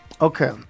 Okay